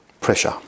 Pressure